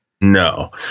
no